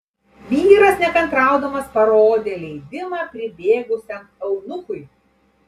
vyras nekantraudamas parodė leidimą pribėgusiam eunuchui